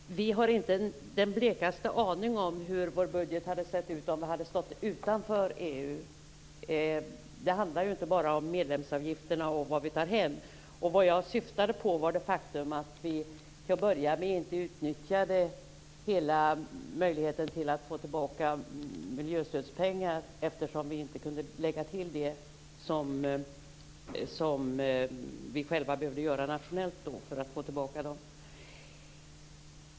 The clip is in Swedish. Herr talman! Vi har inte den blekaste aning om hur vår budget hade sett ut om vi hade stått utanför EU. Det handlar ju inte bara om medlemsavgifterna och om vad vi tar hem. Vad jag syftade på var det faktum att vi till att börja med inte utnyttjade alla möjligheter till att få tillbaka miljöstödspengar, eftersom vi inte kunde lägga till det som vi själva behövde göra nationellt.